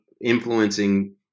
influencing